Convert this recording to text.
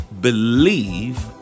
believe